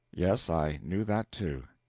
yes, i knew that, too.